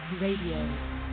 Radio